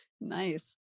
Nice